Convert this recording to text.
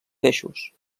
peixos